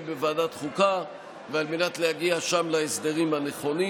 בוועדת החוקה ועל מנת להגיע שם להסדרים הנכונים.